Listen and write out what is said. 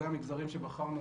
זה המגזרים שבחרנו